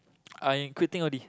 I quitting already